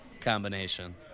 combination